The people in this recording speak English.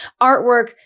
Artwork